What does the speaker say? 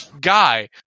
guy